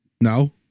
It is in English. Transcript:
No